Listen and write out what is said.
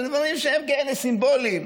על דברים שהם כאלה סימבוליים,